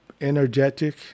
energetic